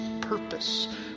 purpose